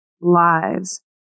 lives